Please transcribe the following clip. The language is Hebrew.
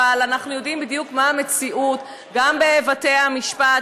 אבל אנחנו יודעים בדיוק מה המציאות גם בבתי המשפט,